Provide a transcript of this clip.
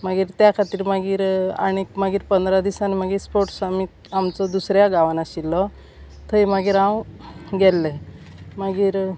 मागीर त्या खातीर मागीर आनीक मागीर पंदरा दिसान मागीर स्पोर्ट्स आमी आमचो दुसऱ्या गांवान आशिल्लो थंय मागीर हांव गेल्ले मागीर